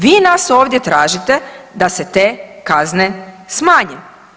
Vi nas ovdje tražite da se te kazne smanje.